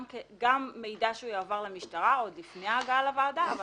גם מידע שיועבר למשטרה עוד לפני ההגעה לוועדה אבל